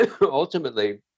ultimately